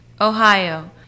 Ohio